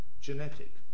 genetic